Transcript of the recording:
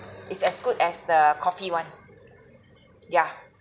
it's as good as the coffee one yeah